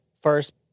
first